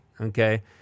Okay